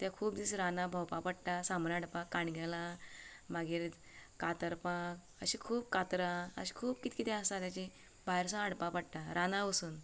तें खूब दीस रानांत भोंवपा पडटा सामन हाडपाक कांडयेलां मागीर कातरपां अशें खूब कातरां अशें खूब कित कितें आसा जें भायरसून हाडपा पडटा रानांत वोसून